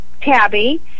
tabby